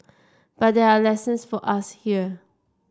but there are lessons for us here